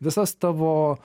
visas tavo